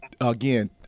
again